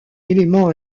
élément